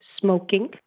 smoking